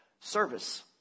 service